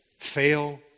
fail